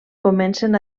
comencen